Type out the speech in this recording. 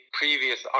previous